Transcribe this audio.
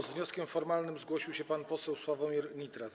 Z wnioskiem formalnym zgłosił się pan poseł Sławomir Nitras.